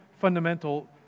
fundamental